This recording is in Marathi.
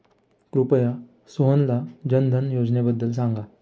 कृपया सोहनला जनधन योजनेबद्दल सांगा